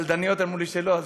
אמרו לי שלא קלדניות,